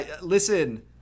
Listen